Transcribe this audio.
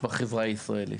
בחברה הישראלית.